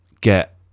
get